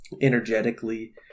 energetically